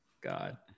God